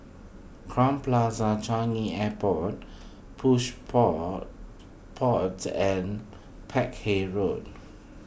Crowne Plaza Changi Airport Plush poor Pods and Peck Hay Road